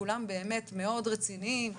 כולם מאוד רציניים: